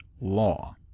Law